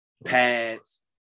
pads